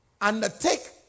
undertake